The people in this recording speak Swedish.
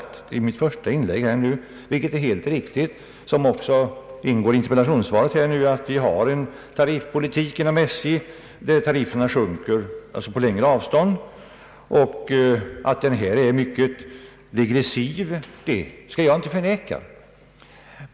I mitt första inlägg sade jag — vilket är helt riktigt och även omtalas i interpellationssvaret — att SJ har sådana tariffer att kostnaden per kilometer sjunker för längre avstånd. Att tariffpolitiken är mycket degressiv skall jag inte förneka.